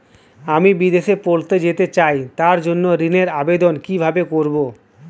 আমি বিদেশে পড়তে যেতে চাই তার জন্য ঋণের আবেদন কিভাবে করব?